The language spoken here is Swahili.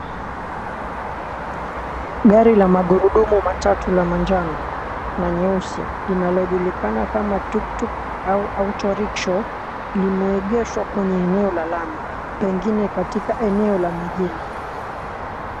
Gari la magurudumu matatu na manjano na nyeusi, inalojulikana kama tuktuk au auto rickshaw , limeegeshwa kwenye eneo la lami, pengine katika eneo la mjini.